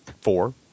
four